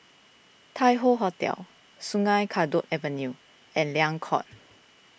Tai Hoe Hotel Sungei Kadut Avenue and Liang Court